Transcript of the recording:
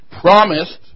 promised